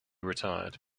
retired